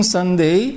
Sunday